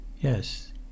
Yes